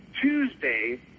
Tuesday